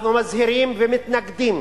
אנחנו מזהירים ומתנגדים